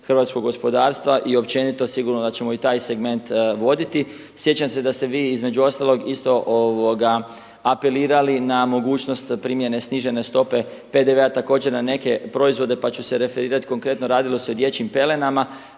hrvatskog gospodarstva i općenito sigurno da ćemo i taj segment voditi. Sjećam se da ste vi između ostalog isto apelirali na mogućnost primjene snižene stope PDV-a također na neke proizvode, pa ću se referirati. Radilo se o dječjim pelenama.